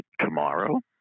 tomorrow